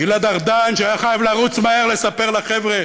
גלעד ארדן, שהיה חייב לרוץ מהר לספר לחבר'ה